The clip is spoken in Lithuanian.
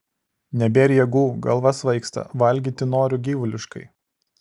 nebėr jėgų galva svaigsta valgyti noriu gyvuliškai